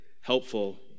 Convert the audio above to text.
helpful